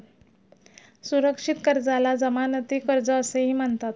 सुरक्षित कर्जाला जमानती कर्ज असेही म्हणतात